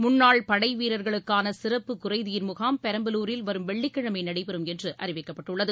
முன்னாள் படைவீரர்களுக்கான சிறப்பு குறைதீர் முகாம் பெரம்பலூரில் வரும் வெள்ளிக்கிழமை நடைபெறும் என்று அறிவிக்கப்பட்டுள்ளது